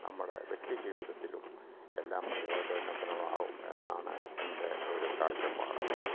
നമ്മുടെ വ്യക്തി ജീവിതത്തിലും എല്ലാം പ്രയോജനപ്രദമാവും എന്നാണ് എന്റെ ഒരു കാഴ്ചപ്പാട്